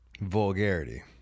vulgarity